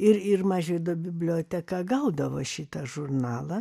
ir ir mažvydo biblioteka gaudavo šitą žurnalą